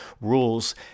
rules